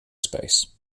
space